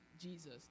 Jesus